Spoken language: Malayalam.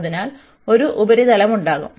അതിനാൽ ഒരു ഉപരിതലമുണ്ടാകും